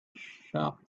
shop